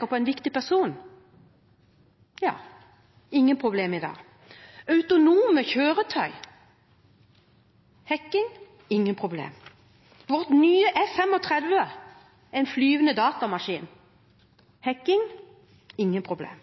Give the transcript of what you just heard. på en viktig person? Ja, ikke noe problem i dag. Autonome kjøretøy – hacking er ikke noe problem. Vårt nye F-35 – en flyvende datamaskin – hacking er ikke noe problem.